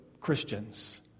Christians